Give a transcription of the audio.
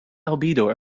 albedo